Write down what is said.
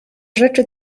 rzeczy